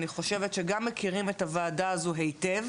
אני חושבת שגם מכירים את הוועדה הזאת היטב,